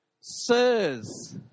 sirs